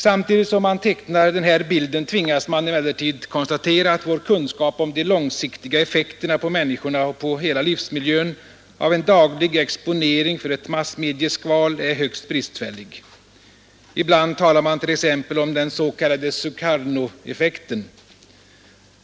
Samtidigt som man tecknar den här bilden tvingas man emellertid konstatera att vår kunskap om de långsiktiga effekterna på människorna och på hela livsmiljön av en daglig exponering för ett massmedieskval är högst bristfällig. Ibland talar man om t.ex. den s.k. Sukarnoeffekten.